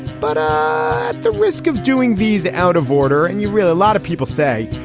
but the risk of doing these out of order and you really a lot of people say,